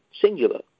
singular